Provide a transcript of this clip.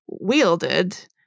wielded